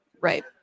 Right